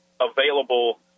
available